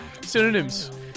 Synonyms